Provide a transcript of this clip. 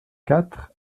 quatre